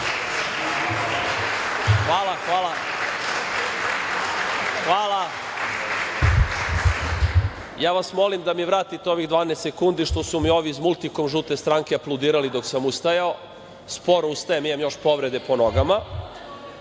Hvala, hvala. Molim vas da mi vratite ovih 12 sekundi što su mi ovi iz „Multikom“ žute stranke aplaudirali dok sam ustajao, sporo ustajem, imam još povrede po